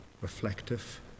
reflective